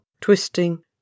twisting